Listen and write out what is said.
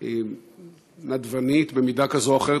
היא נדבנית במידה כזאת או אחרת,